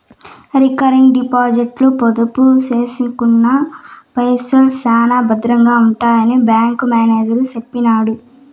recurring డిపాజిట్ల పొదుపు సేసుకున్న పైసల్ శానా బద్రంగా ఉంటాయని బ్యాంకు మేనేజరు సెప్పినాడు